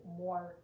more